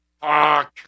Fuck